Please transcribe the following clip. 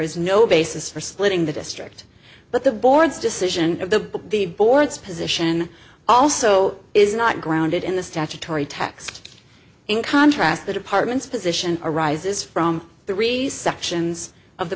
is no basis for splitting the district but the board's decision of the the board's position also is not grounded in the statutory text in contrast the department's position arises from the res sections of the